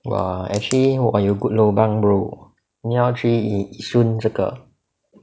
!wah! actually 我有 good lobang bro 你要去 yishun 这个